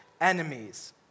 enemies